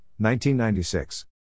1996